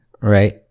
Right